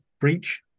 breach